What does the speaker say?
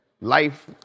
life